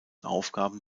aufgaben